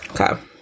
Okay